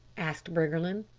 asked briggerland.